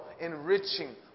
enriching